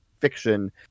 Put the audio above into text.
fiction